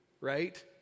right